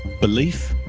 belief,